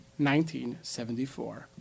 1974. ¶¶